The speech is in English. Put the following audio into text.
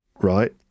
right